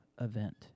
event